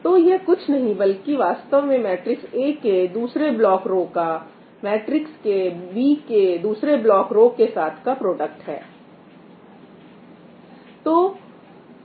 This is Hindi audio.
तो यह कुछ नहीं बल्कि वास्तव में मैट्रिक्स A के दूसरे ब्लॉक रो का मैट्रिक्स B के दूसरे ब्लॉक रो के साथ का प्रोडक्ट है